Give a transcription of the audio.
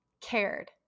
cared